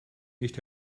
nicht